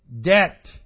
debt